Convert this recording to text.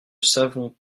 savons